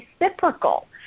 reciprocal